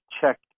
check